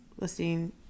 listening